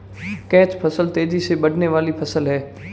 catch फसल तेजी से बढ़ने वाली फसल है